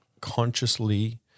consciously